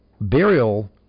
burial